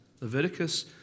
Leviticus